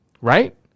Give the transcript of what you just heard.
right